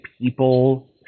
people